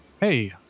Hey